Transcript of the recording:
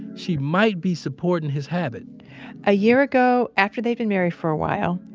she might be supporting his habit a year ago, after they'd been married for a while,